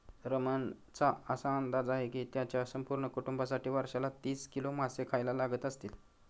रमणचा असा अंदाज आहे की त्याच्या संपूर्ण कुटुंबासाठी वर्षाला तीस किलो मासे खायला लागत असतील